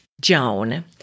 Joan